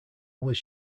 was